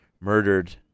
murdered